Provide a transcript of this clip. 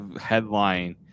headline